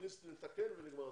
נתקן ונגמר הסיפור.